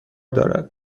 دارد